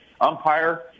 umpire